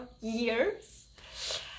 years